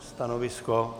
Stanovisko?